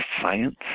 science